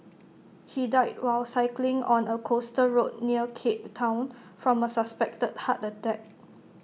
he died while cycling on A coastal road near cape Town from A suspected heart attack